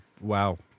Wow